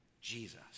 Jesus